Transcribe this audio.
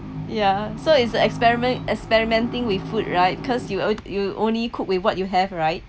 ya so it's an experiment experimenting with food right cause you you only cook with what you have right